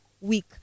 week